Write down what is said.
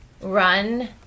run